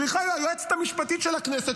צריכה היועצת המשפטית של הכנסת,